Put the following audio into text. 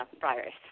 virus